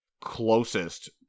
closest